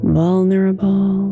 vulnerable